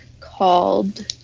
called